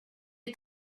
est